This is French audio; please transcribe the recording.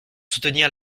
soutenir